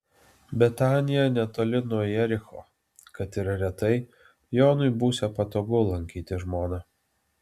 betanija netoli nuo jericho kad ir retai jonui būsią patogu lankyti žmoną